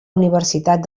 universitat